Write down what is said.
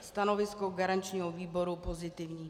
Stanovisko garančního výboru je pozitivní.